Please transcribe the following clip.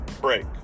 break